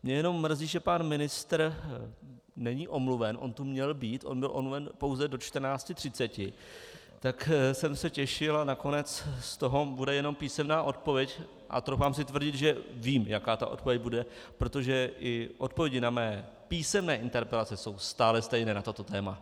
Mě jenom mrzí, že pan ministr není omluven, on tu měl být, on byl omluven pouze do 14.30, tak jsem se těšil, a nakonec z toho bude jenom písemná odpověď, a troufám si tvrdit, že vím, jaká ta odpověď bude, protože i odpovědi na mé písemné interpelace jsou stále stejné na toto téma.